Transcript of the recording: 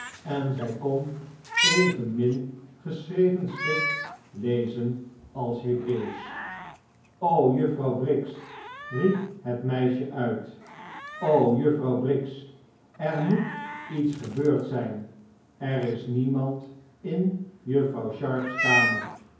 en zij kon evenmin geschreven schrift lezen als hebreeuwsch o juffrouw briggs riep het meisje uit o juffrouw briggs er moet iets gebeurd zijn er is niemand in juffrouw sharp's kamer